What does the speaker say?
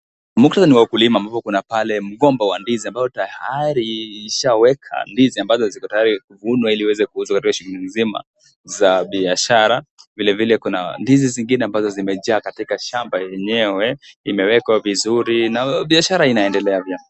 Muktadha ni wa ukulima ambapo kuna pale mgomba wa ndizi ambao tayari ushaweka ndizi ambazo ziko tayari kuvunwa ili ziweze kuuzw a katika shughuli nzima za biashara. Vilevile kuna ndizi zingine ambazo zimejaa katika shamba yenyewe imewekwa vizuri na biashara inaendelea vyema.